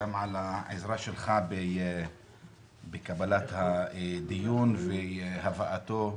גם על העזרה שלך בקבלת הדיון והבאתו.